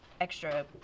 extra